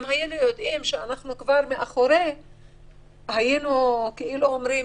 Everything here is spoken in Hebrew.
אם היינו יודעים שאנחנו כבר מאחורי המגפה היינו אומרים: